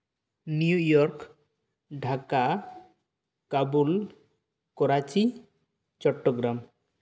New York Dhaka Kabul Karachi Chattogram